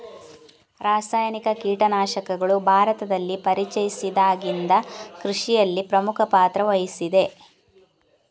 ರಾಸಾಯನಿಕ ಕೀಟನಾಶಕಗಳು ಭಾರತದಲ್ಲಿ ಪರಿಚಯಿಸಿದಾಗಿಂದ ಕೃಷಿಯಲ್ಲಿ ಪ್ರಮುಖ ಪಾತ್ರ ವಹಿಸಿದೆ